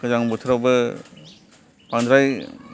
गोजां बोथोरावबो बांद्राय